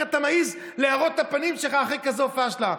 איך אתה מעז להראות את הפנים שלך אחרי כזאת פשלה?